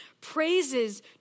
praises